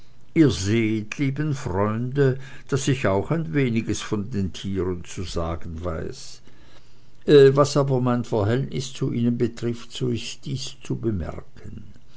ihr sehet liebe freunde daß ich auch ein weniges von den tieren zu sagen weiß was aber mein verhältnis zu ihnen betrifft so ist dies zu bemerken